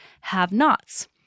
have-nots